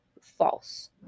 false